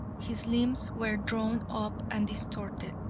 his limbs were drawn up and distorted,